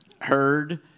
heard